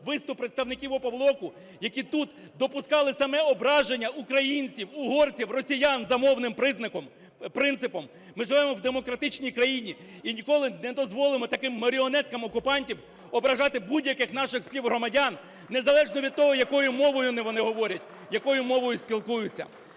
виступ представників "Опоблоку", які тут допускали саме ображення українців, угорців, росіян за мовним признаком… принципом. Ми живемо в демократичній країні і ніколи не дозволимо таким маріонеткам окупантів ображати будь-яких наших співгромадян, не залежно від того, якою мовою вони говорять, якою мовою спілкуються.